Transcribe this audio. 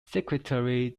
secretary